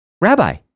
Rabbi